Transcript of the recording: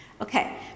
Okay